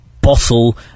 bottle